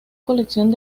colección